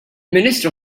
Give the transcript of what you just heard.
ministru